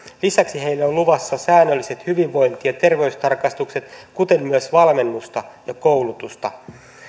lisäksi heille on luvassa säännölliset hyvinvointi ja terveystarkastukset kuten myös valmennusta ja koulutusta